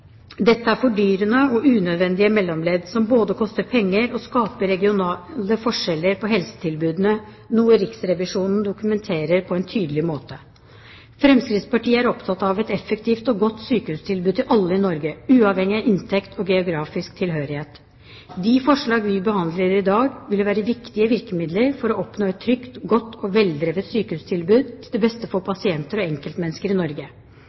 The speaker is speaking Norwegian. er fordyrende og unødvendige mellomledd, som både koster penger og skaper regionale forskjeller i helsetilbudene, noe Riksrevisjonen på en tydelig måte dokumenterer. Fremskrittspartiet er opptatt av et effektivt og godt sykehustilbud til alle i Norge, uavhengig av inntekt og geografisk tilhørighet. De forslag vi behandler i dag, vil være viktige virkemidler for å oppnå et trygt, godt og veldrevet sykehustilbud til beste for pasienter og enkeltmennesker i Norge.